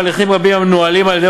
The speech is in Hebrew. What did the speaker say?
יש הליכים רבים המנוהלים על-ידי